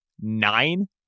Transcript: nine